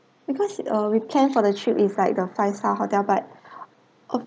because uh we plan for the trip is like the five star hotel but